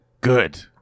Good